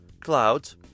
clouds